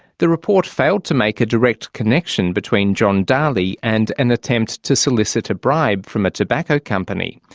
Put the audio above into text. the report failed to make a direct connection between john dalli and an attempt to solicit a bribe from a tobacco company.